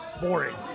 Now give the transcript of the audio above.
boring